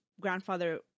grandfather